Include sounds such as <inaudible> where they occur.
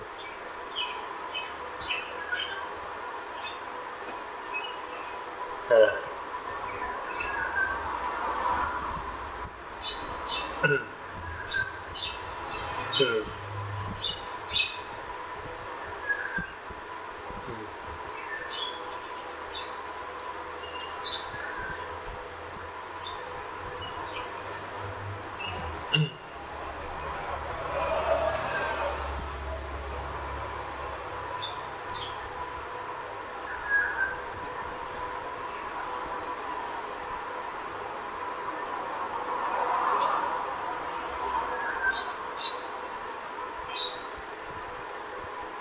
uh mm mm mm <noise>